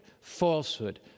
falsehood